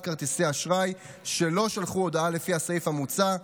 כרטיסי אשראי שלא שלחו הודעה לפי הסעיף המוצע,